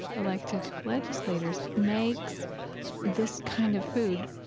elected legislators, makes this kind of food,